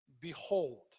behold